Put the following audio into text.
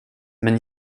men